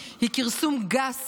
היא כרסום גס